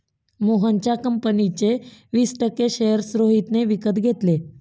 मोहनच्या कंपनीचे वीस टक्के शेअर्स रोहितने विकत घेतले